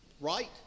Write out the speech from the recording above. Right